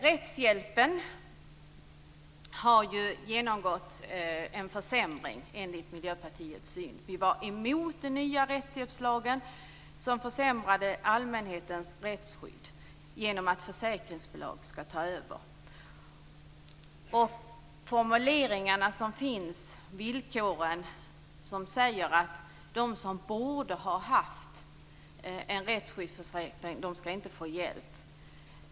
Rättshjälpen har ju genomgått en försämring enligt Miljöpartiets syn. Vi var emot den nya rättshjälpslagen. Den försämrar allmänhetens rättsskydd genom att försäkringsbolag skall ta över. De formuleringar som finns när det gäller villkoren säger att de som borde ha haft en rättsskyddsförsäkring inte skall få hjälp.